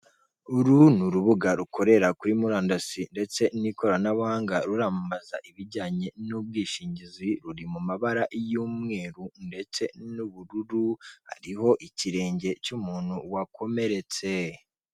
Uru ni urubuga rukorera kuri murandasi ndetse n'ikoranabuhanga ruramamaza ibijyanye n'ubwishingizi ruri mu mabara y'umweru ndetse n'ubururu, hariho ikirenge cy'umuntu wakomeretse.